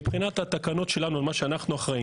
מבחינת התקנות שלנו מה שאנחנו אחראים,